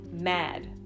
mad